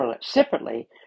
separately